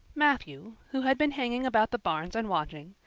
matthew, who had been hanging about the barns and watching,